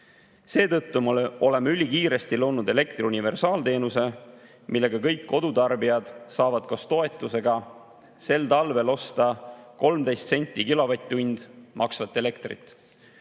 Seetõttu oleme ülikiiresti loonud elektri universaalteenuse, millega kõik kodutarbijad saavad koos toetusega sel talvel osta 13 senti